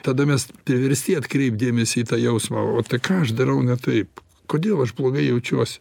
tada mes priversti atkreipt dėmesį į tą jausmą o tai ką aš darau ne taip kodėl aš blogai jaučiuosi